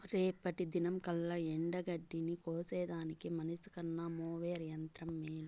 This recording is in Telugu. రేపటి దినంకల్లా ఎండగడ్డిని కోసేదానికి మనిసికన్న మోవెర్ యంత్రం మేలు